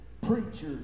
preachers